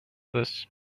this